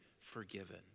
forgiven